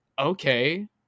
okay